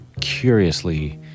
curiously